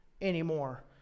anymore